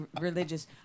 religious